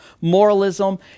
moralism